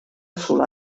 solà